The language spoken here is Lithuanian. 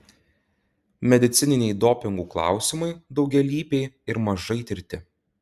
medicininiai dopingų klausimai daugialypiai ir mažai tirti